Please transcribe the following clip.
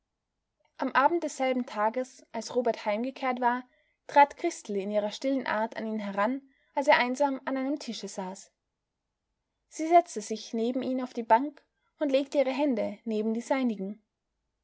am abend desselben tages als robert heimgekehrt war trat christel in ihrer stillen art an ihn heran als er einsam an einem tische saß sie setzte sich neben ihn auf die bank und legte ihre hände neben